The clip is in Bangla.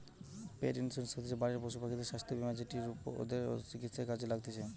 পেট ইন্সুরেন্স হতিছে বাড়ির পশুপাখিদের স্বাস্থ্য বীমা যেটি ওদের চিকিৎসায় কাজে লাগতিছে